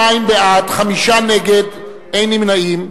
42 בעד, חמישה נגד, אין נמנעים.